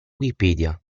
wikipedia